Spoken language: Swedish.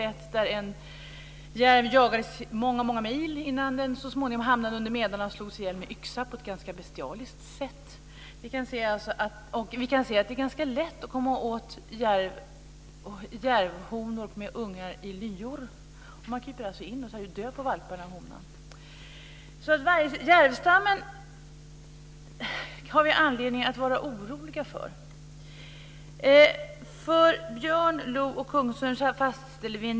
En järv jagades t.ex. i många mil innan den så småningom hamnade under medarna och slogs ihjäl med yxa på ett ganska bestialiskt sätt. Vi kan se att det är ganska lätt att komma åt järvhonor med ungar i lyor. Man kryper in och tar död på valparna och honan. Järvstammen har vi alltså anledning att vara oroliga för.